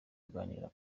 kuganira